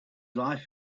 life